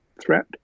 threat